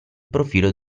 profilo